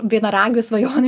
vienaragių svajonių